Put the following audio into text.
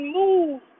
move